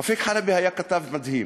רפיק חלבי היה כתב מדהים,